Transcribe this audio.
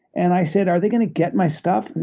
and i said, are they going to get my stuff?